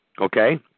Okay